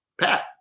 Pat